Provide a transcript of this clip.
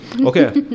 Okay